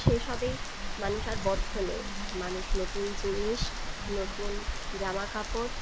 সেসবে মানুষ আর বদ্ধ নেই মানুষ নতুন জিনিস নতুন জামাকাপড়